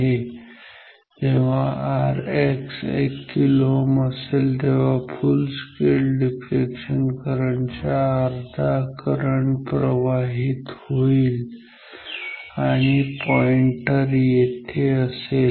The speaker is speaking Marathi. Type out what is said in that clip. कारण जेव्हा Rx1 kΩ असेल तेव्हा फुल स्केल डिफ्लेक्शन करंट च्या अर्धा करंट प्रवाहित होईल आणि पॉईंटर येथे असेल